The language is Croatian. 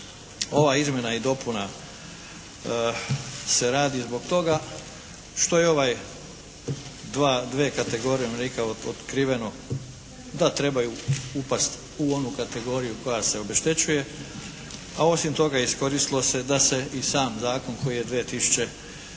ova izmjena i dopuna se radi zbog toga što je ovaj, dve kategorije umirovljenika otkriveno da trebaju upasti u onu kategoriju koja se obeštećuje, a osim toga iskoristilo se da se i sam zakon koji je 2005.